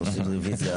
אנחנו נעשה על הכול.